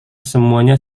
semuanya